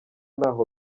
ntaho